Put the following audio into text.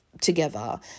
together